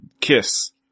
kiss